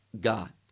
God